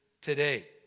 today